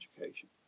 education